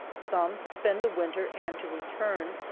some to spend the winter and to return,